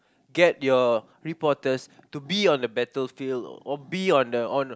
get your reporters to be on the battlefield or be on the on